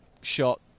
shot